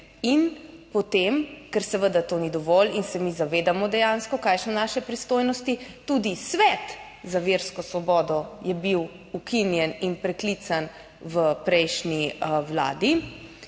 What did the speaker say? in potem, ker seveda to ni dovolj in se mi zavedamo dejansko kaj so naše pristojnosti, tudi Svet za versko svobodo je bil ukinjen in preklican v prejšnji vladi.